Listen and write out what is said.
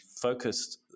focused